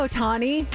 Otani